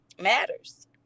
matters